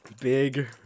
Big